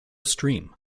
stream